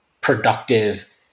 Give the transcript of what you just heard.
productive